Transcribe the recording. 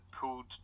pulled